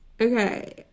Okay